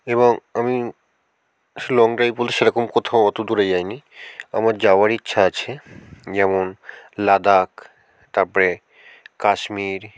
এবং আমি long drive বলতে সেরকম কোথাও অত দূরে যাইনি আমার যাওয়ার ইচ্ছা আছে যেমন লাদাখ তার পরে কাশ্মীর